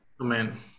Amen